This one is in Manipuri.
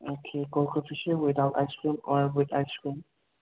ꯑꯣꯀꯦ ꯀꯣꯜ ꯀꯣꯐꯤꯁꯦ without ice cream or with ice cream